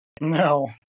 No